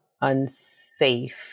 unsafe